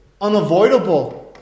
unavoidable